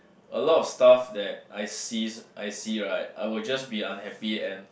a lot of stuff that I see I see right I would just be unhappy and